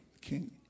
king